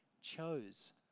chose